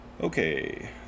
okay